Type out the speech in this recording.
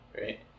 right